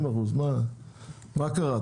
מה קרה,